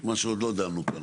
שעוד לא דנו כאן.